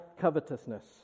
covetousness